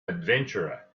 adventurer